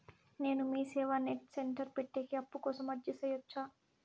నేను MeeSeva net centre పెట్టేకి అప్పు కోసం అర్జీ సేయొచ్చా?